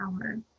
power